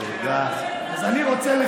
(חבר הכנסת סמי אבו שחאדה יוצא מאולם המליאה.) אני רוצה לחדד: